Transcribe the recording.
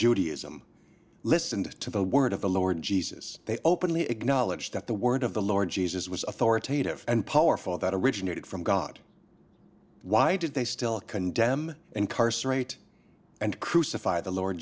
judaism listened to the word of the lord jesus they openly acknowledged that the word of the lord jesus was authoritative and powerful that originated from god why did they still condemn incarcerate and crucify the lord